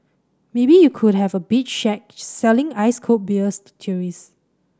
maybe you could have a beach shack selling ice cold beers to tourists